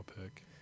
pick